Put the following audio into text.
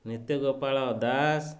Nityagopal Das